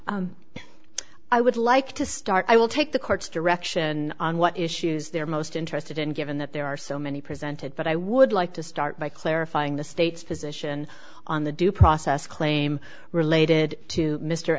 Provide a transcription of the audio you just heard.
that i would like to start i will take the court's direction on what issues they're most interested in given that there are so many presented but i would like to start by clarifying the state's position on the due process claim related to mr